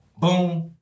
boom